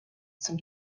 zum